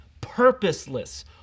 purposeless